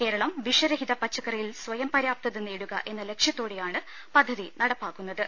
കേരളം വിഷരഹിത പച്ചക്കറിയിൽ സ്വയം പര്യാപ്തത നേടുക എന്ന ലക്ഷ്യത്തോടെയാണ് പദ്ധതി നടപ്പാക്കു ന്നത്